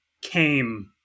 came